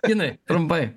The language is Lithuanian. ginai trumpai